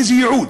לאיזה ייעוד?